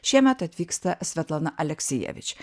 šiemet atvyksta svetlana aleksijevič